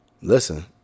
listen